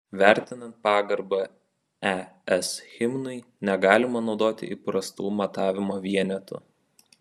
vertinant pagarbą es himnui negalima naudoti įprastų matavimo vienetų